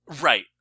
Right